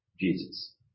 Jesus